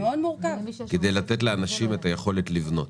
כדי לתת לאנשים את היכולת לבנות.